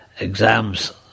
exams